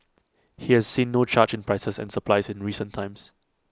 he has seen no charge in prices and supplies in recent times